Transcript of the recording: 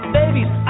babies